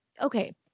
okay